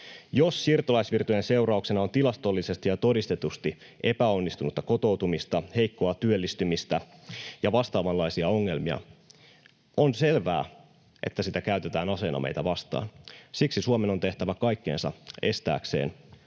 Jos siirtolaisvirtojen seurauksena on tilastollisesti ja todistetusti epäonnistunutta kotoutumista, heikkoa työllistymistä ja vastaavanlaisia ongelmia, on selvää, että sitä käytetään aseena meitä vastaan. Siksi Suomen on tehtävä kaikkensa estääkseen